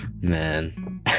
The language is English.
man